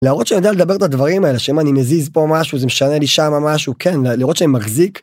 להראות שאני יודע לדבר את הדברים האלה שאם אני מזיז פה משהו זה משנה לי שם משהו כן לראות שמחזיק.